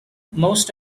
most